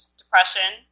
depression